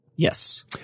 Yes